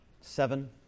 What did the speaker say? seven